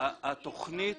התכנית